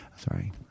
Sorry